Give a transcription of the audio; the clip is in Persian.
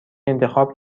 انتخاب